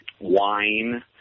wine